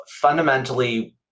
fundamentally